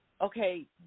Okay